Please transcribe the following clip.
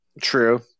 True